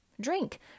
drink